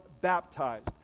baptized